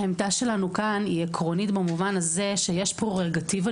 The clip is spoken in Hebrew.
העמדה שלנו כאן היא עקרונית במובן הזה שיש פררוגטיבה